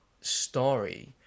story